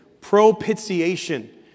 Propitiation